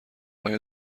آیا